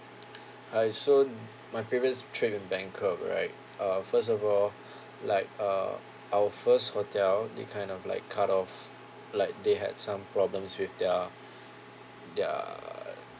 hi so my previous trip is bangkok right uh first of all like uh our first hotel they kind of like cut off like they had some problems with their their